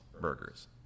burgers